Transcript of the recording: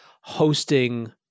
hosting